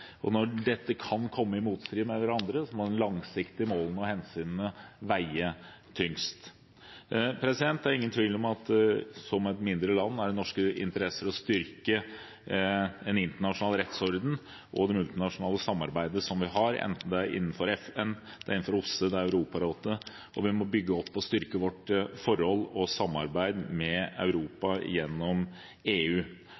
folkeretten. Når disse kan komme i strid med hverandre, må de langsiktige målene og hensynene veie tyngst. Det er ingen tvil om at som et mindre land er det i norsk interesse å styrke en internasjonal rettsorden og det multinasjonale samarbeidet vi har, enten det er innenfor FN, OSSE eller Europarådet, og vi må bygge opp og styrke vårt forhold og samarbeid med